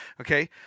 Okay